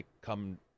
come